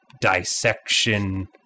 dissection